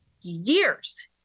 years